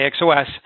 AXOS